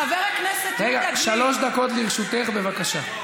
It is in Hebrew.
שלוש דקות לרשותך, בבקשה.